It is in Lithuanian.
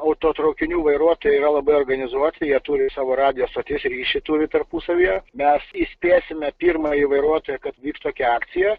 autotraukinių vairuotojai yra labai organizuoti jie turi savo radijo stoties ryšį turi tarpusavyje mes įspėsime pirmąjį vairuotoją kad vyks tokia akcija